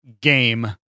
game